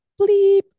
bleep